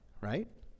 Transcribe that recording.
right